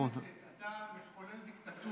יושב-ראש הכנסת, אתה מחולל דיקטטורה.